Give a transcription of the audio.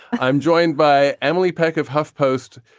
i'm joined by emily peck of huff post,